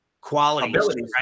quality